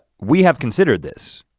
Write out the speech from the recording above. we have considered this.